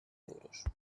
euros